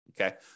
Okay